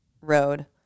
road